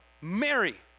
Mary